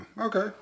okay